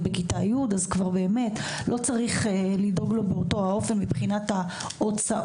בכיתה י' - אז כבר לא צריך לדאוג לו באותו האופן מבחינת ההוצאות.